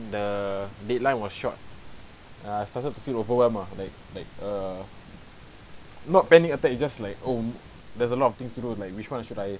the deadline was short ah I started to feel overwhelmed ah like like a not panic attack it just like oh there's a lot of things to do like which one should I